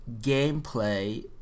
gameplay